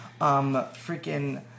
freaking